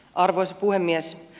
arvoisa puhemies